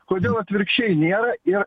kodėl atvirkščiai nėra ir